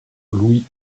louis